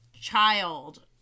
child